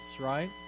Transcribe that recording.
right